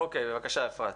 אוקיי, בבקשה, אפרת.